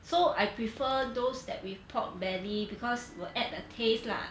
so I prefer those that with pork belly because will add a taste lah